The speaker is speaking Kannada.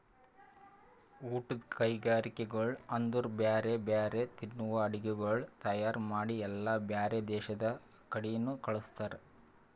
ಊಟದ್ ಕೈಗರಿಕೆಗೊಳ್ ಅಂದುರ್ ಬ್ಯಾರೆ ಬ್ಯಾರೆ ತಿನ್ನುವ ಅಡುಗಿಗೊಳ್ ತೈಯಾರ್ ಮಾಡಿ ಎಲ್ಲಾ ಬ್ಯಾರೆ ದೇಶದ ಕಡಿನು ಕಳುಸ್ತಾರ್